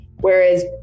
whereas